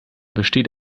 besteht